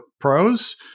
pros